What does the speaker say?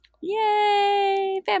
yay